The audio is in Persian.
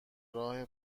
راه